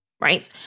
right